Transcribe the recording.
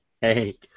Hey